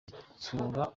itsura